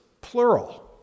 plural